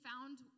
found